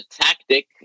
tactic